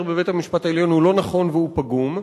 בבית-המשפט העליון הוא לא נכון והוא פגום.